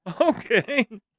Okay